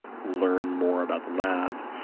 learn more about the lab,